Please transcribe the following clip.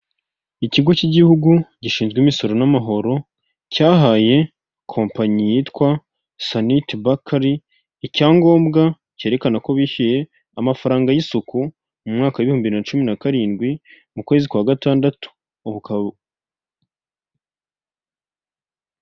Ikigo cy igihugu gishinzwe imisoro n'amahoro cyahaye kompanyi yitwa saniti bakari icyangombwa cyerekana ko bishyuye amafaranga y'isuku mu mwaka w'ibihumbi bibiri na cumi na karindwi mu kwezi kwa gatandatu ubu.